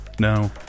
No